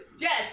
yes